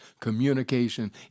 communication